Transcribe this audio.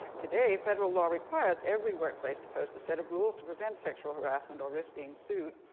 today, federal law requires every workplace to post a set of rules to prevent sexual harassment, or risk being sued.